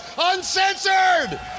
uncensored